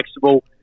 flexible